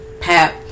Pap